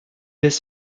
des